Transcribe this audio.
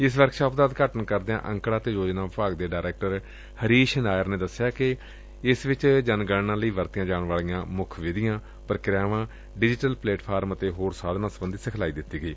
ਇਸ ਵਰਕਸ਼ਾਪ ਦਾ ਉਦਘਾਟਨ ਕਰਦਿਆ ਅੰਕੜਾ ਤੇ ਯੋਜਨਾ ਵਿਭਾਗ ਦੇ ਡਾਇਰੈਕਟਰ ਹਰੀਸ਼ ਨਾਇਰ ਨੇ ਦਸਿਆ ਕਿ ਇਸ ਵਿਚ ਜਨਗਣਨਾ ਲਈ ਵਰਤੀਆਂ ਜਾਣ ਵਾਲੀਆਂ ਮੁੱਖ ਵਿਧੀਆਂ ਪੁਕਿਰਿਆਵਾਂ ਡਿਜੀਟਲ ਪਲੇਟਫਾਰਮ ਅਤੇ ਹੋਰ ਸਾਬਨਾਂ ਸਬੰਧੀ ਸਿਖਲਾਈ ਦਿੱਤੀ ਗਈ